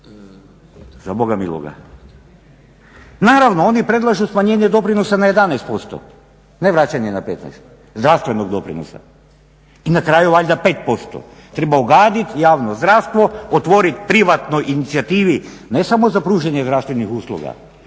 Za Boga miloga! Naravno, oni predlažu smanjenje doprinosa na 11%, ne vraćanje na 15%, zdravstvenog doprinosa. I na kraju valjda 5%. Treba ograditi javno zdravstvo, otvoriti privatnoj inicijativi ne samo za pružanje zdravstvenih usluga